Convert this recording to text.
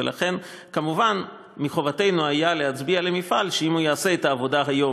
ולכן כמובן מחובתנו היה להסביר למפעל שאם הוא יעשה את העבודה היום,